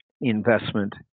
investment